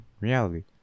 reality